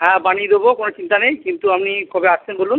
হ্যাঁ বানিয়ে দেবো কোনো চিন্তা নেই কিন্তু আপনি কবে আসছেন বলুন